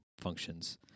functions